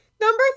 Number